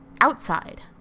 outside